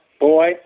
Boy